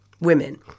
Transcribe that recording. women